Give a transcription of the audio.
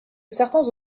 certains